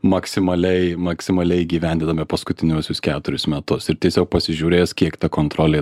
maksimaliai maksimaliai įgyvendinami paskutiniuosius keturis metus ir tiesiog pasižiūrės kiek ta kontrolė